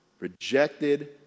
Rejected